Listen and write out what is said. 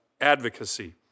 advocacy